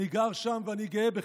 אני גר שם, ואני גאה בכך.